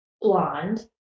blonde